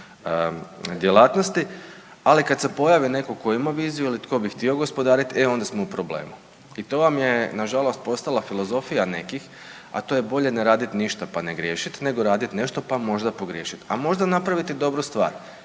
djelatnosti, ali kad se pojavi netko tko ima viziju ili tko bi htio gospodarit e onda smo u problemu. I to vam je nažalost postala filozofija nekih, a to je bolje ne raditi ništa pa ne griješiti nego radit nešto pa možda pogriješit. A možda napravite dobru stvar,